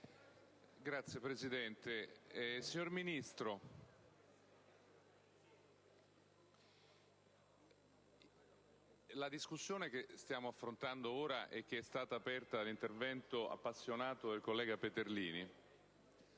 Signor Presidente, signor Ministro, la discussione che stiamo ora affrontando, e che è stata aperta dall'intervento appassionato del collega Peterlini